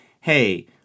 Hey